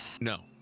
No